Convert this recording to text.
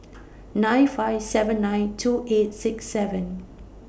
nine five seven nine two eight six seven